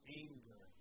anger